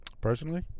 Personally